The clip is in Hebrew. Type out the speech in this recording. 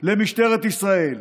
למשטרת ישראל: